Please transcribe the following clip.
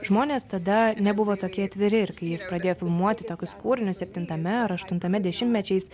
žmonės tada nebuvo tokie atviri ir kai jis pradėjo filmuoti tokius kūrinius septintame ar aštuntame dešimtmečiais